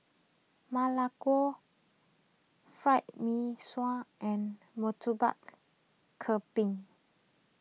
Ma Lai Gao Fried Mee Sua and Murtabak Kambing